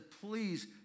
please